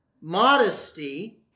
Modesty